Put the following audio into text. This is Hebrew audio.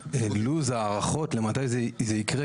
איזשהו לו"ז או הערכות לגבי מתי זה יקרה,